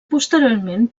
posteriorment